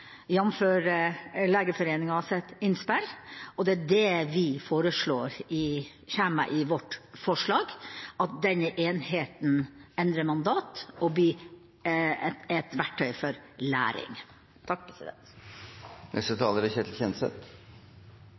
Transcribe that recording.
innspill, og det er det vi kommer med i vårt forslag, at denne enheten endrer mandat og blir et verktøy for læring.